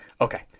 Okay